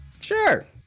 sure